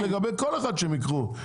זה לגבי כל אחד שהם ייקחו.